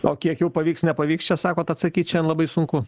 o kiek jau pavyks nepavyks čia sakot atsakyt šiandien labai sunku